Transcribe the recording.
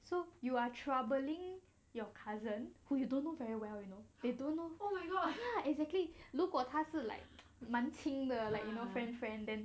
so you are troubling your cousin who you don't know very well you know they don't know ya exactly 如果他是 like 蛮亲的 like you know friend friend then